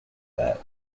that